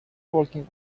working